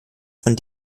von